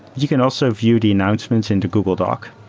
you can also view the announcements into google doc,